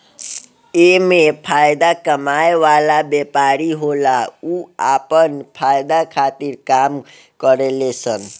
एमे फायदा कमाए वाला व्यापारी होला उ आपन फायदा खातिर काम करेले सन